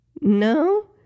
no